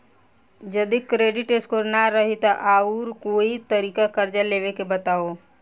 जदि credit score ना रही त आऊर कोई तरीका कर्जा लेवे के बताव?